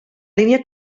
línia